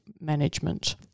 management